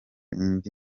indi